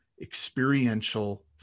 experiential